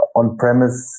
on-premise